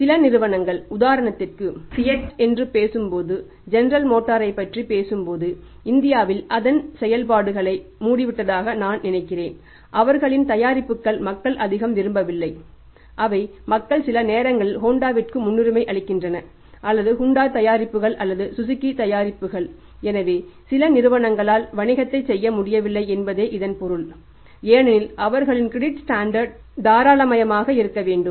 சில நிறுவனங்கள் உதாரணத்திற்கு ஃபியட் தாராளமயமாக இருக்க வேண்டும்